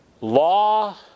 Law